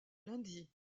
lundi